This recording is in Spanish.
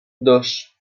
dos